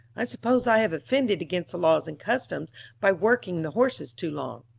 i suppose i have offended against the laws and customs by working the horses too long.